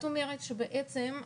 את אומרת שבעצם,